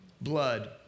Blood